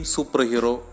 Superhero